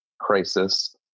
crisis